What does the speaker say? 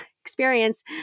experience